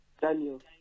Daniel